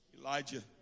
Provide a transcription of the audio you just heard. Elijah